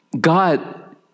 God